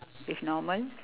if normal